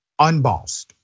Unbossed